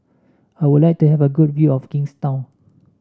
I would like to have a good view of Kingstown